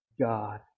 God